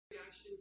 reaction